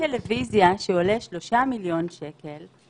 ולא מיועד למלחמה במגיפה.